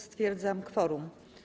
Stwierdzam kworum.